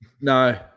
No